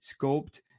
scoped